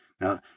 Now